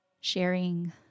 sharing